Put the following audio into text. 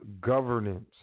governance